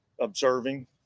observing